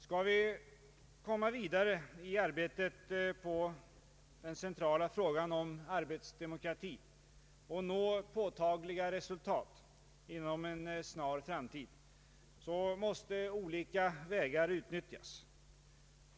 Skall vi komma vidare i arbetet med den centrala frågan om arbetsdemokrati och nå påtagliga resultat inom en snar framtid, måste olika vägar utnyttjas.